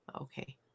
Okay